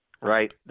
right